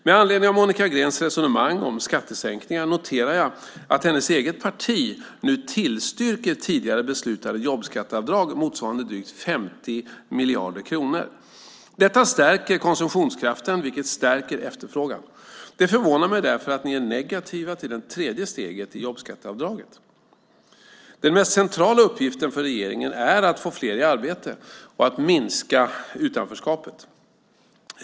Med anledning av Monica Greens resonemang om skattesänkningar noterar jag att hennes eget parti nu tillstyrker tidigare beslutade jobbskatteavdrag motsvarande drygt 50 miljarder kronor. Detta stärker konsumtionskraften, vilket stärker efterfrågan. Det förvånar mig därför att ni är negativa till det tredje steget i jobbskatteavdraget. Den mest centrala uppgiften för regeringen är att få fler i arbete och att minska utanförskapet.